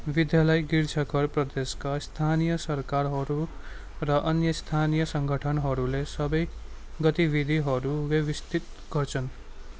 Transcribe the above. विद्यालय गिर्जा घर प्रदेशका स्थानीय सरकारहरू र अन्य स्थानीय सङ्गठनहरूले सबै गतिविधिहरू व्यवस्थित गर्छन्